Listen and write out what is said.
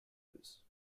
luce